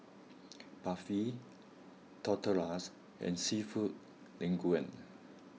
Barfi Tortillas and Seafood Linguine